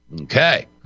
okay